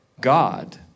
God